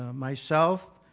myself,